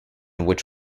which